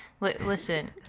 listen